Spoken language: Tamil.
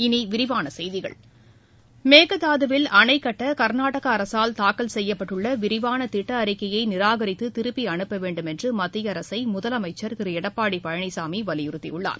இனி விரிவான செய்திகள் மேகதாதுவில் அணை கட்ட கர்நாடக அரசால் தாக்கல் செய்யப்பட்டுள்ள விரிவான திட்ட அறிக்கையை நிராகரித்து திருப்பி அனுப்ப வேண்டும் என்று மத்திய அரசை முதலமைச்சர் திரு எடப்பாடி பழனிசாமி வலியுறுத்தியுள்ளார்